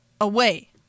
away